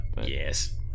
yes